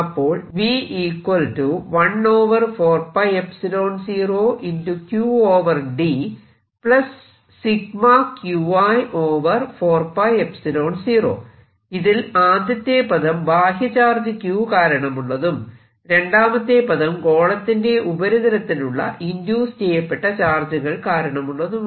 അപ്പോൾ ഇതിൽ ആദ്യത്തെ പദം ബാഹ്യ ചാർജ് Q കാരണമുള്ളതും രണ്ടാമത്തെ പദം ഗോളത്തിന്റെ ഉപരിതലത്തിലുള്ള ഇൻഡ്യൂസ് ചെയ്യപ്പെട്ട ചാർജുകൾ കാരണമുള്ളതുമാണ്